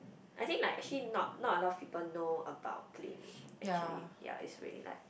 I think like actually not not a lot of people know about Play Made actually ya it's really like